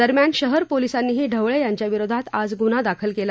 दरम्यान शहर पोलीसांनीही ढवळे यांच्या विरोधात आज गुन्हा दाखल केला